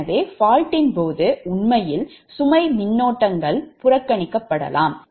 எனவே faultயின் போது உண்மையில் சுமை மின்னோட்டங்கள் புறக்கணிக்கப்படலாம்